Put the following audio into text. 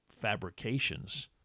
fabrications